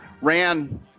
ran